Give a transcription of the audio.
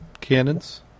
cannons